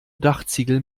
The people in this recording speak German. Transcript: dachziegel